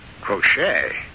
Crochet